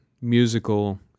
musical